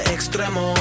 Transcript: Extremo